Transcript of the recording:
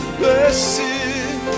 blessed